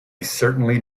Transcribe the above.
certainly